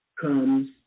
comes